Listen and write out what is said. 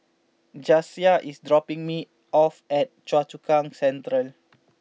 Jasiah is dropping me off at Choa Chu Kang Central